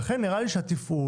לכן נראה לי שהתפעול,